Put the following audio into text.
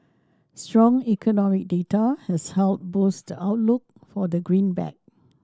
strong economic data has helped boost the outlook for the greenback